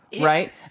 Right